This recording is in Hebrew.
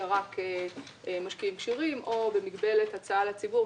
רק משקיעים כשירים או במגבלת הצעה לציבור,